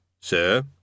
sir